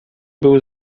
był